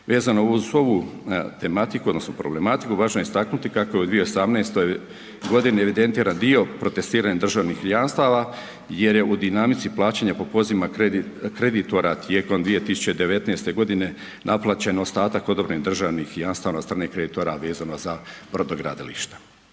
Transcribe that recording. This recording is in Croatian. Vezano uz ovu tematiku, odnosno problematiku važno je istaknuti kako je u 2018. godini evidentiran dio protestiranih državnih jamstava jer je u dinamici plaćanja po pozivima kreditora tijekom 2019. godine naplaćen ostatak odobren državnih jamstava od strane kreditora vezano za brodogradilišta.